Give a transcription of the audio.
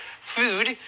Food